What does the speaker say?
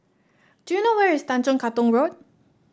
do you know where is Tanjong Katong Road